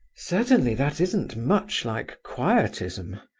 certainly that isn't much like quietism,